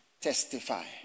testify